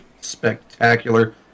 spectacular